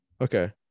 Okay